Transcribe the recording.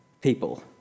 people